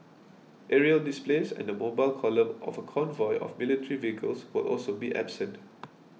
aerial displays and the mobile column of a convoy of military vehicles will also be absent